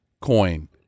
coin